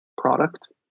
product